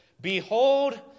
Behold